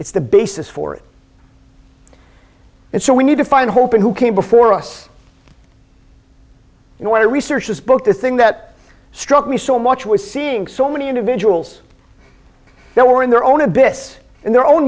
it's the basis for it and so we need to find hope in who came before us and i want to research this book the thing that struck me so much was seeing so many individuals who were in their own abyss in their own